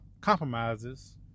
compromises